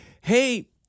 hey